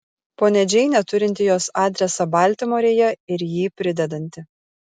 ponia džeinė turinti jos adresą baltimorėje ir jį pridedanti